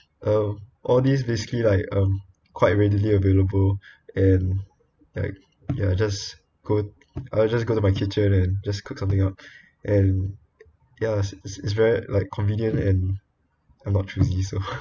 um all these basically like um quite readily available and like ya just go I just go to my kitchen then just cook something up and ya it's it's very like convenient and I'm not choosy so